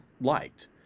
liked